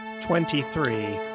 Twenty-three